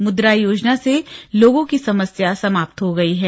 मुद्रा योजना से लोगों की समस्या समाप्त हो गई है